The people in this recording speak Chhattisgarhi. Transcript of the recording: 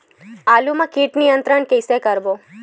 आलू मा कीट नियंत्रण कइसे करबो?